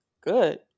Good